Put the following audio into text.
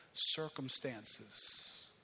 Circumstances